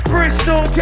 Bristol